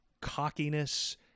cockiness